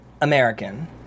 American